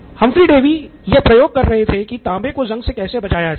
Humphry Davy यह प्रयोग कर रहे थे कि तांबे को ज़ंग से कैसे बचाया जाए